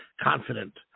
confident